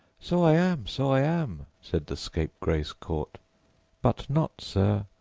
so i am, so i am, said the scapegrace caught but not, sir,